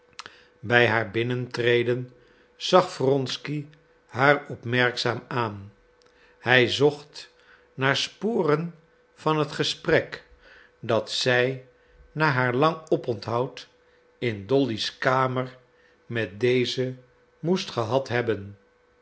bij haar binnentreden zag wronsky haar opmerkzaam aan hij zocht naar sporen van het gesprek dat zij na haar lang oponthoud in dolly's kamer met deze moest gehad hebben